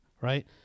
right